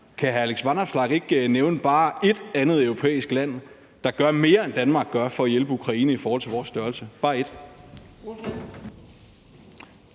Kan hr. Alex Vanopslagh ikke nævne bare ét andet europæisk land, der gør mere, end Danmark gør, for at hjælpe Ukraine i forhold til vores størrelse – bare ét?